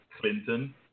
Clinton